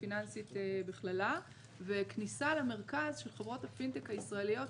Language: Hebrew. הפיננסית בכללה וכניסה למרכז של חברות הפינטק הישראליות,